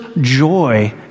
joy